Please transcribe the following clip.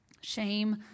Shame